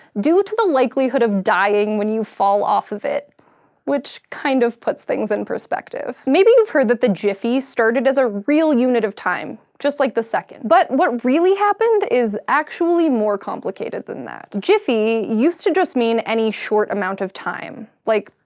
due to the likelihood of dying when you fall off of it which kind of puts things in perspective. maybe you've heard that the jiffy started as a real unit of time, just like the second. but what really happened is actually more complicated than that. jiffy used to just mean any short amount of time. like,